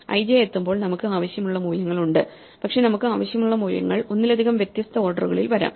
I j എത്തുമ്പോൾ നമുക്ക് ആവശ്യമുള്ള മൂല്യങ്ങളുണ്ട് പക്ഷേ നമുക്ക് ആവശ്യമുള്ള മൂല്യങ്ങൾ ഒന്നിലധികം വ്യത്യസ്ത ഓർഡറുകളിൽ വരാം